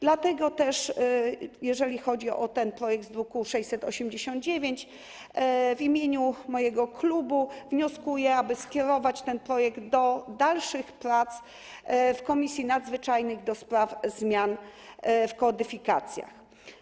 Dlatego też, jeżeli chodzi o projekt z druku nr 689, w imieniu mojego klubu wnioskuję, aby skierować ten projekt do dalszych prac w Komisji Nadzwyczajnej do spraw zmian w kodyfikacjach.